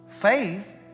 Faith